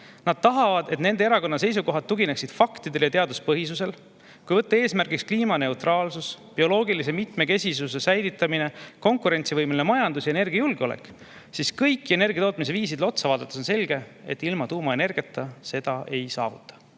Nad tahavad, et nende erakonna seisukohad tugineksid faktidele ja teaduspõhisusele. Kui võtta eesmärgiks kliimaneutraalsus, bioloogilise mitmekesisuse säilitamine, konkurentsivõimeline majandus ja energiajulgeolek, siis kõikidele energiatootmisviisidele otsa vaadates on selge, et ilma tuumaenergiata seda ei saavuta.